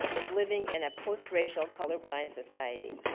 is living in a post racial, color blind society.